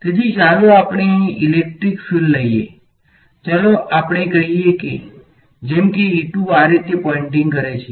તેથી ચાલો આપણે અહીં ઇલેક્ટ્રિક ફિલ્ડ લઈએ ચાલો આપણે કહીએ જેમ કે આ રીતે પોઈંટીંગ કરે છે